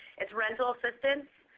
it's rental assistance.